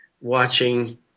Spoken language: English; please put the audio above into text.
watching